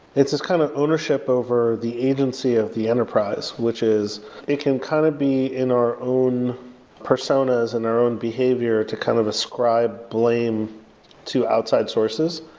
it's just kind of ownership over the agency of the enterprise, which is it can kind of be in our own personas and our own behavior to kind of ascribe blame to outside sources,